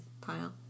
pile